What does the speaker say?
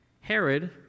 Herod